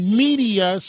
media